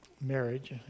marriage